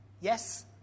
Yes